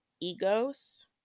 Egos